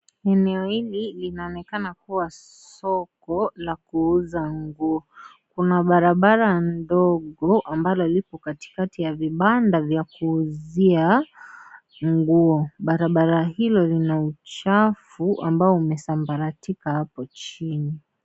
Eneo hili linaonekana kuwa soko la kuuza nguo. Kuna barabara ndogo, ambalo lipo katikati ya vibanda vya kuuzia nguo. Barabara hilo, lina uchafu ambao umesambaratika hapo chini.